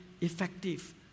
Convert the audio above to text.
effective